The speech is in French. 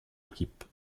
équipe